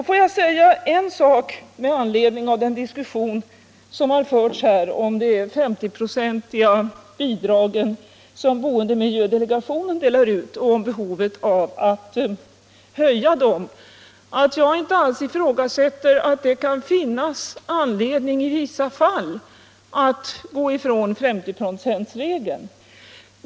Får jag säga en sak med anledning av den diskussion som har förts här om de 50-procentiga bidrag som boendemiljödelegationen fördelar och om behovet av att höja dessa bidrag. Jag ifrågasätter inte alls att det i vissa fall kan finnas anledning att gå ifrån 50-procentsregeln.